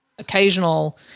occasional